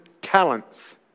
talents